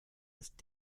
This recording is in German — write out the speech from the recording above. ist